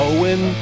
Owen